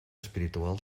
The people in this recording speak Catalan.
espiritual